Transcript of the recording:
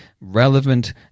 relevant